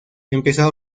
empezó